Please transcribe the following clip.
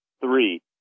three